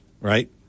right